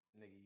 Nigga